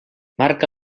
marca